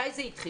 מתי זה התחיל?